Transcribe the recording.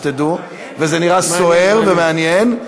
וזה נראה סוער ומעניין.